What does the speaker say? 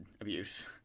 abuse